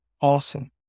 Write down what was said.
Awesome